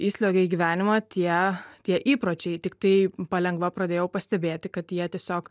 įsliuogė į gyvenimą tie tie įpročiai tiktai palengva pradėjau pastebėti kad jie tiesiog